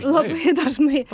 labai dažnai